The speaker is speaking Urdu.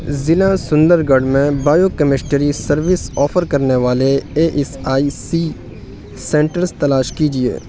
ضلع سندر گڑھ میں بایو کمیسٹری سروس آفر کرنے والے A E S I C centres تلاش کیجیے